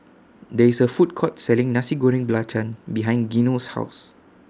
There IS A Food Court Selling Nasi Goreng Belacan behind Geno's House